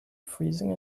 freezing